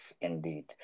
indeed